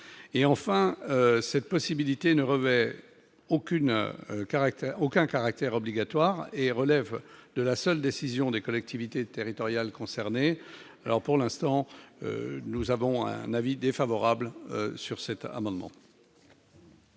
enfin cette possibilité ne revêt aucune caractère aucun caractère obligatoire et relève de la seule décision des collectivités territoriales concernées alors pour l'instant, nous avons un avis défavorable sur cet amendement.